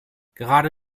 gerade